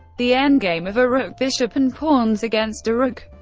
the endgame of a rook, bishop, and pawns against a rook,